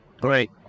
Great